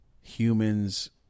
humans